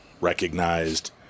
recognized